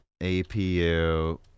APU